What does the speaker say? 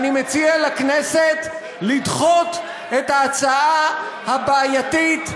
אני מציע לכנסת לדחות את ההצעה הבעייתית,